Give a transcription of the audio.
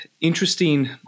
interesting